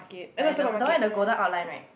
ya the one the one with the golden outline right